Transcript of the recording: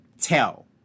tell